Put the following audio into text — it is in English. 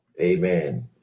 Amen